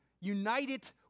united